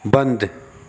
बंद